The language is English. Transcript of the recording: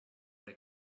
they